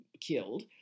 killed